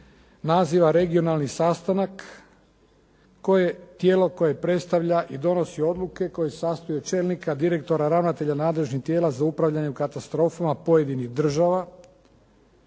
naziva regionalni sastanak koje, tijelo koje predstavlja i donosi odluke koje se sastoje od čelnika, direktora, ravnatelja nadležnih tijela za upravljanje u katastrofama pojedinih država